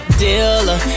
dealer